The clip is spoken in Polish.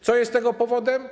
Co jest tego powodem?